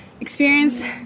experience